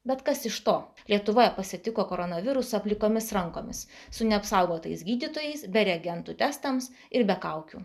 bet kas iš to lietuvoje pasitiko koronavirusą plikomis rankomis su neapsaugotais gydytojais be reagentų testams ir be kaukių